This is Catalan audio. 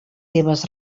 seves